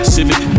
Civic